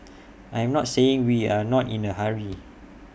I'm not saying we are not in A hurry